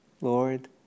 Lord